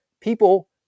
people